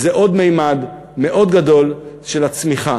וזה עוד ממד מאוד גדול של הצמיחה.